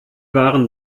waren